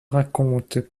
raconte